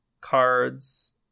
cards